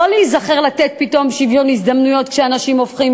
לא להיזכר לתת פתאום שוויון הזדמנויות כשאנשים הופכים